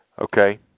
Okay